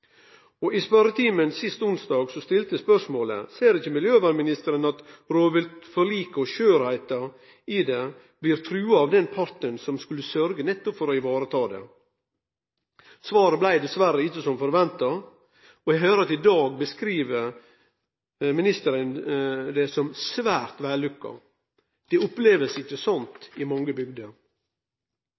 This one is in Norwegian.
Og i spørjetimen sist onsdag stilte eg spørsmålet: Ser ikkje miljøvernministeren at rovviltforliket og skjørheita i det blir trua av den parten som nettopp skulle sørgje for å vareta det? Svaret blei dessverre ikkje som forventa. Eg høyrer at ministeren i dag beskriv det som «svært vellykket». Ein opplever det ikkje slik i mange bygder.